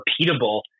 repeatable